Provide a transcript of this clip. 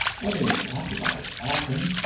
for they had talked about it often.